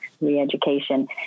re-education